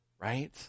Right